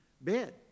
Bed